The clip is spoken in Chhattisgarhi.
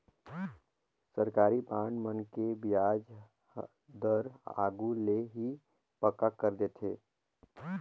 सरकारी बांड मन के बियाज दर आघु ले ही पक्का कर देथे